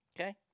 Okay